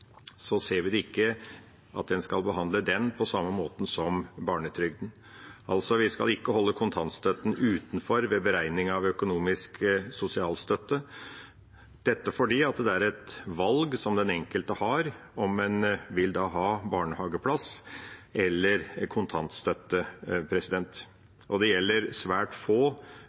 ser vi ikke at en skal behandle den på samme måte som barnetrygden. Altså: Vi skal ikke holde kontantstøtten utenfor ved beregning av økonomisk sosialstøtte – dette fordi det er et valg som den enkelte har, om en vil ha barnehageplass eller kontantstøtte. Dette gjelder svært få